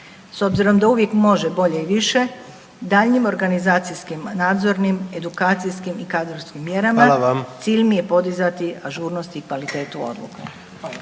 S obzirom da uvijek može bolje i više, daljnjim organizacijskim, nadzornim, edukacijskim i kadrovskim mjerama, .../Upadica: Hvala vam./... cilj mi je podizati ažurnost i kvalitetu odluka.